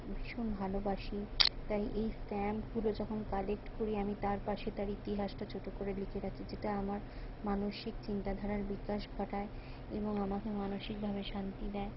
ভীষণ ভালোবাসি তাই এই স্ট্যাম্পগুলো যখন কালেক্ট করি আমি তার পাশে তার ইতিহাসটা ছোটো করে লিখে রাখি যেটা আমার মানসিক চিন্তাধারার বিকাশ ঘটায় এবং আমাকে মানসিকভাবে শান্তি দেয়